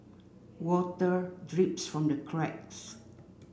water drips from the cracks